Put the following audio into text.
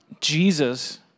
Jesus